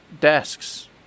desks